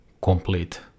complete